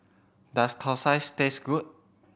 does thosai taste good